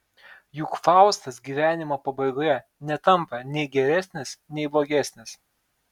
juk faustas gyvenimo pabaigoje netampa nei geresnis nei blogesnis